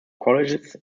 colleges